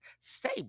stay